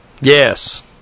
Yes